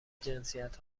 جنسیت